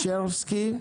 שרפסקי,